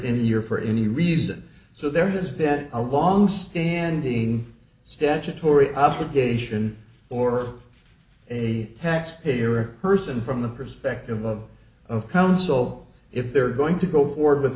europe for any reason so there has been a longstanding statutory obligation or a tax payer person from the perspective of of counsel if they're going to go forward with